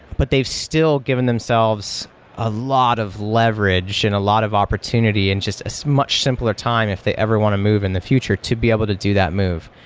but they've still given themselves a lot of leverage and a lot of opportunity in just as much simpler time if they ever want to move in the future to be able to do that move.